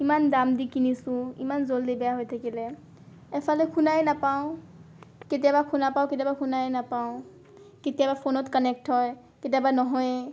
ইমান দাম দি কিনিছোঁ ইমান জল্দি বেয়া হৈ থাকিলে এফালে শুনাই নাপাওঁ কেতিয়াবা শুনা পাওঁ কেতিয়াবা শুনাই নাপাওঁ কেতিয়াবা ফোনত কানেক্ট হয় কেতিয়াবা নহয়েই